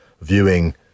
viewing